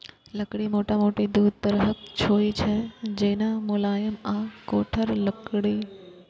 लकड़ी मोटामोटी दू तरहक होइ छै, जेना, मुलायम आ कठोर लकड़ी